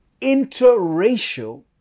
interracial